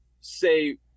say